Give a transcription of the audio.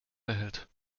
behält